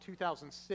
2006